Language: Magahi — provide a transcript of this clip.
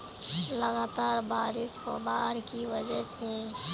लगातार बारिश होबार की वजह छे?